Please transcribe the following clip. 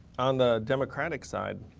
on the democratic side,